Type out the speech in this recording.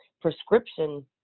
prescription